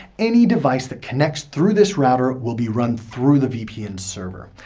any device that connects through this router will be run through the vpn server.